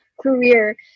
career